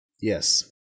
Yes